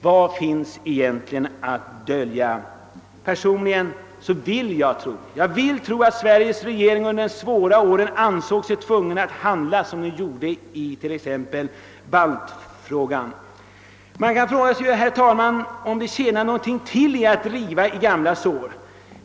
Vad finns egentligen att dölja? Personligen vill jag tro att Sveriges regering under de svåra åren ansåg sig tvungen att handla som den gjorde i t.ex. baltfrågan. Man kan naturligtvis fråga sig, herr talman, om det tjänar någonting till att riva i gamla sår.